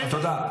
תודה.